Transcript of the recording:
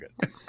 good